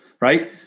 right